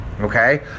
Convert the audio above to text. okay